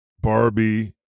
Barbie